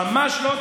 ממש לא,